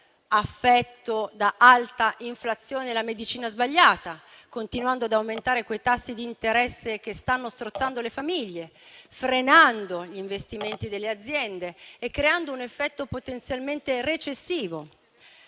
affetto da alta inflazione la medicina sbagliata, continuando ad aumentare quei tassi di interesse che stanno strozzando le famiglie, frenando gli investimenti delle aziende e creando un effetto potenzialmente recessivo.